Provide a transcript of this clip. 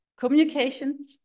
communication